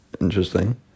interesting